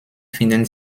finden